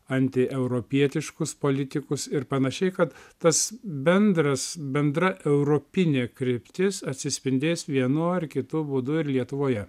antieuropietiškus politikus ir panašiai kad tas bendras bendra europinė kryptis atsispindės vienu ar kitu būdu ir lietuvoje